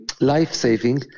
life-saving